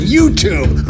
YouTube